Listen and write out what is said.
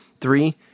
Three